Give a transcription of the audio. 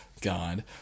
God